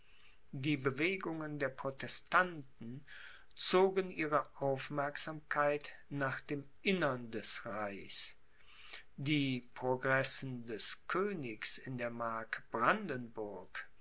die bewegungen der protestanten zogen ihre aufmerksamkeit nach dem innern des reichs die progressen des königs in der